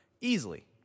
Easily